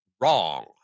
wrong